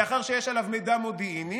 לאחר שיש עליו מידע מודיעיני,